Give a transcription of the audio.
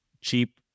cheap